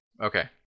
Okay